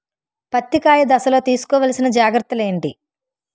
పత్తి కాయ దశ లొ తీసుకోవల్సిన జాగ్రత్తలు ఏంటి?